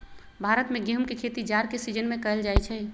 भारत में गेहूम के खेती जाड़ के सिजिन में कएल जाइ छइ